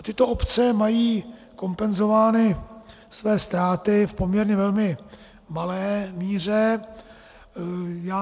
A tyto obce mají kompenzovány své ztráty v poměrně velmi malé míře.